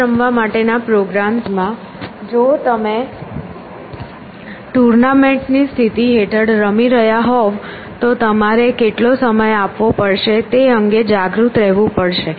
chess રમવા માટેના પ્રોગ્રામ્સમાં જો તમે ટુર્નામેન્ટની સ્થિતિ હેઠળ રમી રહ્યા હોવ તો તમારે કેટલો સમય આપવો પડશે તે અંગે જાગૃત રહેવું પડશે